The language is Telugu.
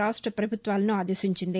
రాష్ట పభుత్వాలను ఆదేశించింది